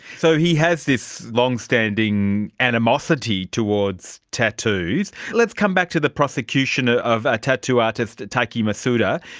so he has this long-standing animosity towards tattoos. let's come back to the prosecution ah of tattoo artist taiki masuda.